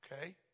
okay